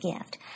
gift